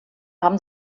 haben